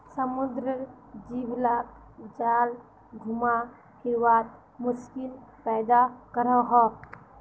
समुद्रेर जीव लाक जाल घुमा फिरवात मुश्किल पैदा करोह